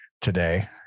today